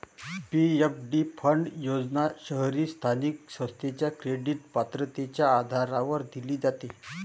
PFD fund योजना शहरी स्थानिक संस्थेच्या क्रेडिट पात्रतेच्या आधारावर दिली जाते